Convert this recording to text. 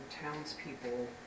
townspeople